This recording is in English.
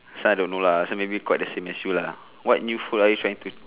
this one I don't know lah so maybe got the same issue lah what new food are you trying to